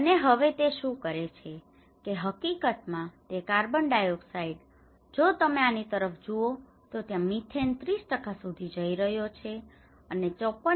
અને હવે તે શું કરે છે કે હકીકત માં તે કાર્બનડાયોક્સાઇડ જો તમે આની તરફ જુઓ તો ત્યાં મિથેન 30 સુધી જઈ રહ્યો છે અને 54